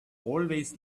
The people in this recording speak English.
ways